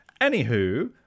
anywho